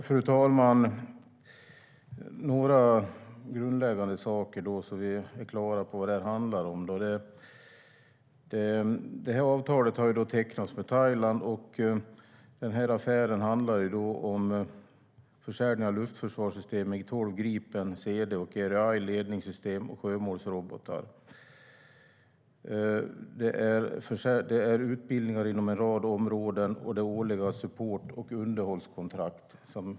Fru talman! Några grundläggande saker - så att vi är på det klara med vad det handlar om - är att avtalet har tecknats med Thailand. Affären handlar om försäljning av luftförsvarssystem med 12 Gripen C/D, Eireye ledningssystem och sjömålsrobotar. Affären handlar också om utbildningar inom en rad områden och årliga support och underhållskontrakt.